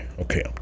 Okay